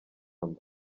mba